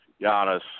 Giannis